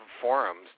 forums